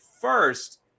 First